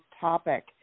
topic